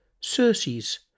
Circes